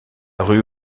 rue